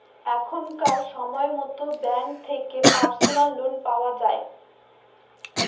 এখনকার সময়তো ব্যাঙ্ক থেকে পার্সোনাল লোন পাওয়া যায়